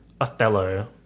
othello